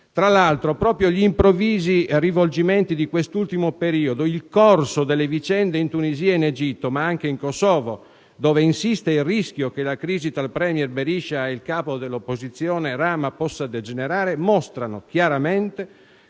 Tra l'altro, proprio gli improvvisi rivolgimenti di quest'ultimo periodo e il corso delle vicende in Tunisia e in Egitto, ma anche in Kosovo, dove esiste il rischio che la crisi tra il *premier* Berisha e il capo dell'opposizione Rama possa degenerare, mostrano chiaramente